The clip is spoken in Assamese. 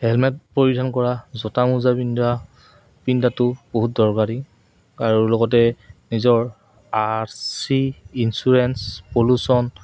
হেলমেট পৰিধান কৰা জোতা মোজা পিন্ধা পিন্ধাটো বহুত দৰকাৰী আৰু লগতে নিজৰ আৰ চি ইঞ্চুৰেঞ্চ পলুচন